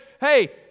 hey